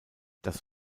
das